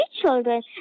children